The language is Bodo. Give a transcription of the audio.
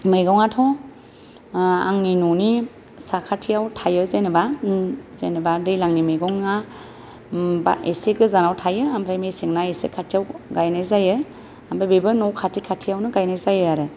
मैगंआथ' आंनि न'नि साखाथियाव थायो जेनेबा जेनेबा दैज्लांनि मैगंआ एसे गोजानाव थायो ओमफ्राय मेसेंना एसे खाथियाव गायनाय जायो ओमफ्राय बेबो न' खाथि खाथियावनो गायनाय जायो आरो